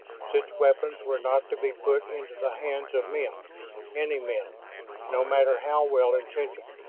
such weapons were not to be put into the hands of men any men no matter how well intentioned.